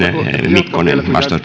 mikkonen